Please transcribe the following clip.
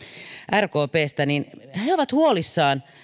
rkpstä niin he he ovat huolissaan